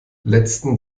letzten